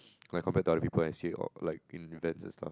like compared to other people actually like in events and stuff